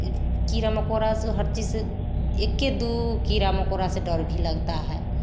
इस कीड़ा मकोड़ा से हर चीज़ एक्के दो कीड़ा मकोड़ा से डर भी लगता है